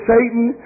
Satan